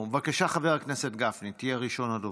בבקשה, חבר הכנסת גפני, תהיה ראשון הדוברים.